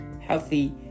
healthy